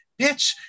Bitch